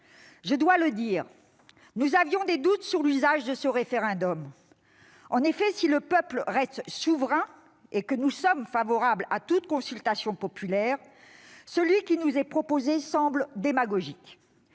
Je dois le dire, nous avions des doutes sur l'usage de ce référendum. En effet, si le peuple reste souverain et que nous sommes favorables à toute consultation populaire, le référendum qui nous est proposé semble démagogique.